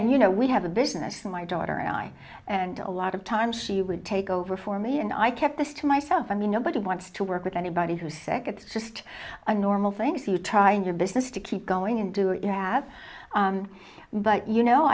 then you know we have a business and my daughter and i and a lot of times she would take over for me and i kept this to myself i mean nobody wants to work with anybody's afic it's just a normal thing if you try in your business to keep going and do it you have but you know